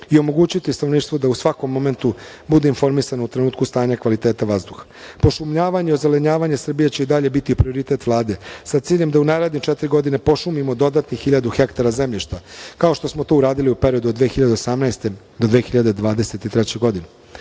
i omogućiti stanovništvu da u svakom momentu bude informisano u trenutku stanja kvaliteta vazduha. Pošumljavanje i ozelenjavanje Srbije će i dalje biti prioritet Vlade, sa ciljem da u naredne četiri godine pošumimo dodatnih hiljadu hektara zemljišta, kao što smo to uradili u periodu od 2018. do 2023. godine.U